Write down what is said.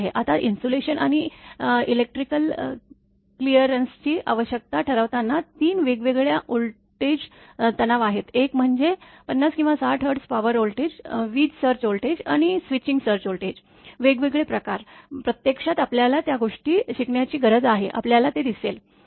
आता इन्सुलेशन आणि इलेक्ट्रिकल क्लिअरन्सची आवश्यकता ठरवताना 3 वेगवेगळे व्होल्टेज तणाव आहेत एक म्हणजे 50 किंवा 60 हर्ट्झ पॉवर व्होल्टेज वीज सर्ज व्होल्टेज आणि स्विचिंग सर्ज व्होल्टेज वेगवेगळे प्रकार प्रत्यक्षात आपल्याला त्या गोष्टी शिकण्याची गरज आहे आपल्याला ते दिसेल